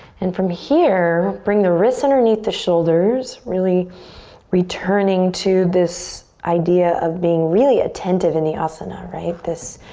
and from here, bring the wrists underneath the shoulders. really returning to this idea of being really attentive in the asana, right? this